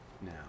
now